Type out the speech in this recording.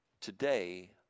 today